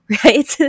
right